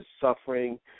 suffering